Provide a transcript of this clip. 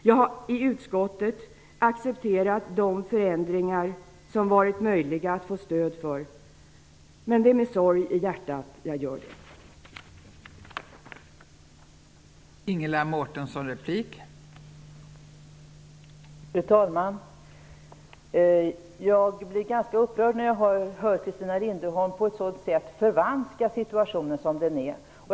Jag har i utskottet accepterat de förändringar som har varit möjliga att få stöd för, men det är med sorg i hjärtat jag gör det.